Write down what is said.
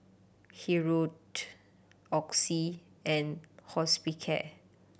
Hirudoid Oxy and Hospicare